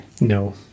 no